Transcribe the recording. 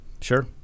Sure